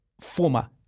former